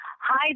Hi